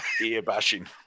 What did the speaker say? ear-bashing